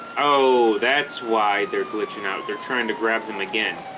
oh that's why they're glitching out they're trying to grab him again